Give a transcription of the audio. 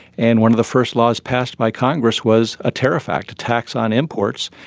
and one of the first laws passed by congress was a tariff act, a tax on imports,